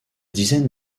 dizaines